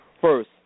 first